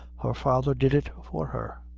her father did it for her.